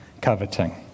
coveting